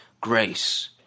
grace